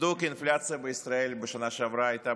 ידוע כי האינפלציה בישראל בשנה שעברה הייתה